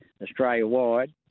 Australia-wide